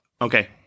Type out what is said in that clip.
Okay